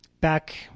back